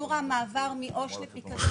שיעור המעבר מאו"ש לפקדון